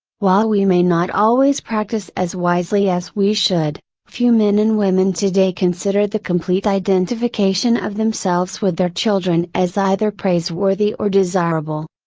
while we may not always practice as wisely as we should, few men and women today consider the complete identification of themselves with their children as either praiseworthy or desirable.